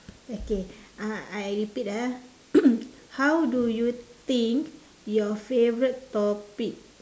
okay uh I repeat ah how do you think your favourite topic